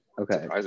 Okay